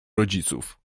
rodziców